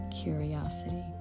curiosity